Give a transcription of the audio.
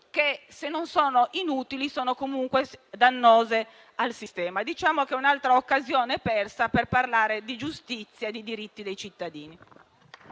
che, se non sono inutili, sono comunque dannose per il sistema. È un'altra occasione persa per parlare di giustizia e di diritti dei cittadini.